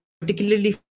particularly